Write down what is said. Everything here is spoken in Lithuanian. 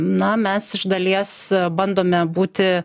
na mes iš dalies bandome būti